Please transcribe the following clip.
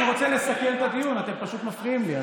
אני רוצה לסכם את הדיון, אתם פשוט מפריעים לי.